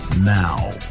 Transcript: Now